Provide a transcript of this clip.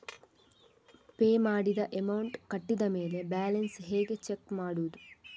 Pay ಮಾಡಿದ amount ಕಟ್ಟಿದ ಮೇಲೆ ಬ್ಯಾಲೆನ್ಸ್ ಹೇಗೆ ಚೆಕ್ ಮಾಡುವುದು?